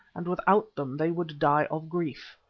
and without them they would die of grief.